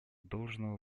должного